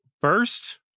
First